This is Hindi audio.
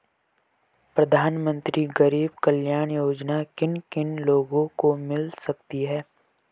प्रधानमंत्री गरीब कल्याण योजना किन किन लोगों को मिल सकती है?